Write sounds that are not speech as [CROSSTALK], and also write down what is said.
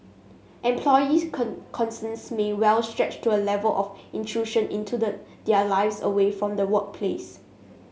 employee [UNINTELLIGIBLE] concerns may well stretch to A Level of intrusion into the their lives away from the workplace